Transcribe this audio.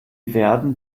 werden